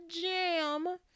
jam